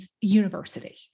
university